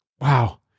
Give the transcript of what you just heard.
Wow